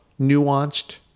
nuanced